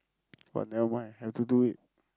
but nevermind have to do it